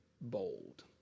bold